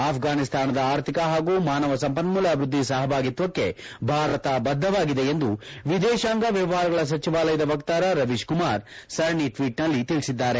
ಅಫ್ಟಾನಿಸ್ತಾನದ ಅರ್ಥಿಕ ಹಾಗೂ ಮಾನವ ಸಂಪನ್ಮೂಲ ಅಭಿವ್ವದ್ದಿ ಸಹಭಾಗಿತ್ವಕ್ಕೆ ಭಾರತ ಬದ್ದವಾಗಿದೆ ಎಂದು ವಿದೇಶಾಂಗ ವ್ಯವಹಾರಗಳ ಸಚಿವಾಲಯದ ವಕ್ತಾರ ರವೀಶ್ಕುಮಾರ್ ಸರಣಿ ಟ್ವೀಟ್ನಲ್ಲಿ ತಿಳಿಸಿದ್ದಾರೆ